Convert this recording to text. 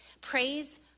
Praise